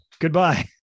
goodbye